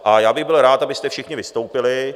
A já bych byl rád, abyste všichni vystoupili.